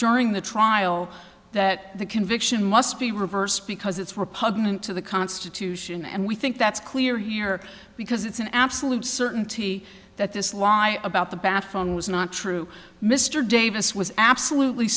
during the trial that the conviction must be reversed because it's repugnant to the constitution and we think that's clear here because it's an absolute certainty that this lie about the bat phone was not true mr davis was absolutely